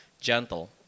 gentle